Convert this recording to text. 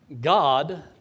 God